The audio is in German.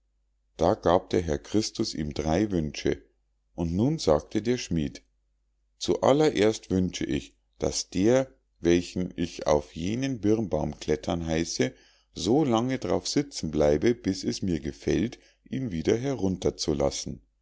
da gab der herr christus ihm drei wünsche und nun sagte der schmied zu allererst wünsche ich daß der welchen ich auf jenen birnbaum klettern heiße so lange drauf sitzen bleibe bis es mir gefällt ihn wieder herunter zu lassen